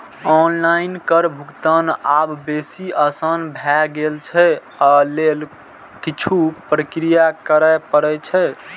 online कर भुगतान आब बेसी आसान भए गेल छै, अय लेल किछु प्रक्रिया करय पड़ै छै